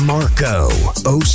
Marco